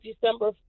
December